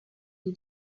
die